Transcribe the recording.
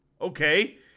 Okay